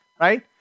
right